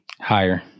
Higher